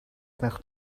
gwnewch